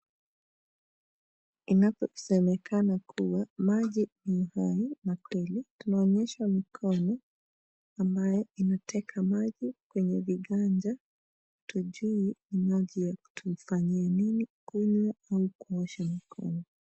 Inaposemekana kuwa maji ni uhai na kweli tunaonyeshwa mikono ambayo inateka maji kwenye viganja. Hatujui ni maji ya kufanyia nini, kunywa au kuosha mikono.